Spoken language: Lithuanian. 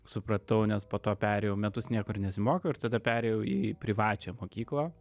supratau nes po to perėjau metus niekur nesimokiau ir tada perėjau į privačią mokyklą